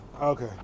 Okay